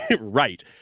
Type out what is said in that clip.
Right